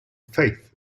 faith